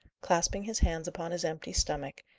clasping his hands upon his empty stomach,